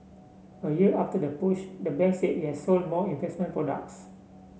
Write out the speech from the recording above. a year after the push the bank said it has sold more investment products